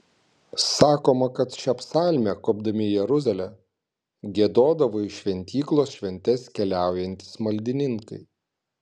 sakoma kad šią psalmę kopdami į jeruzalę giedodavo į šventyklos šventes keliaujantys maldininkai